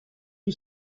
you